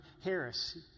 Harris